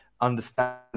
understand